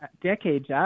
decades